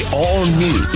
all-new